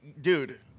dude